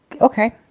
okay